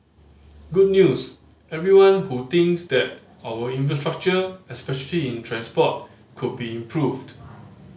good news everyone who thinks that our infrastructure especially in transport could be improved